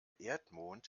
erdmond